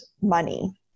money